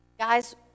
Guys